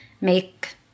make